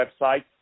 website